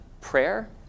prayer